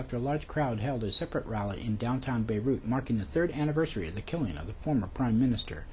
after a large crowd held a separate rally in downtown beirut marking the third anniversary of the killing of the former prime minister